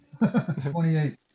28